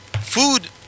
food